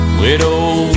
widow